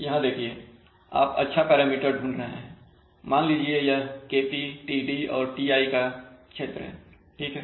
यहां देखिए आप अच्छा पैरामीटर ढूंढ रहे हैंमान लीजिए यह Kptd और Ti का क्षेत्र है ठीक है